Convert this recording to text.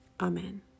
Amen